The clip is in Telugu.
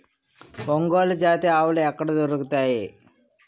ఒంగోలు జాతి ఆవులు ఎక్కడ దొరుకుతాయి?